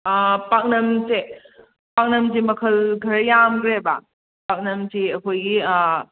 ꯄꯥꯛꯅꯝꯁꯦ ꯄꯥꯛꯅꯝꯁꯦ ꯃꯈꯜ ꯈꯔ ꯌꯥꯝꯈ꯭ꯔꯦꯕ ꯄꯥꯛꯅꯝꯁꯦ ꯑꯩꯈꯣꯏꯒꯤ